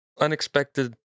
unexpected